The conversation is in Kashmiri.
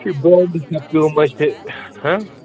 یہِ چھِ پیوٗما چھِ ہہ